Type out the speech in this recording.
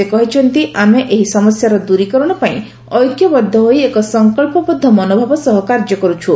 ସେ କହିଛନ୍ତି ଆମେ ଏହି ସମସ୍ୟାର ଦୂରୀକରଣ ପାଇଁ ଐକ୍ୟବଦ୍ଧ ହୋଇ ଏକ ସଂକଳ୍ପବଦ୍ଧ ମନୋଭାବ ସହ କାର୍ଯ୍ୟ କର୍ସଚ୍ଛୁ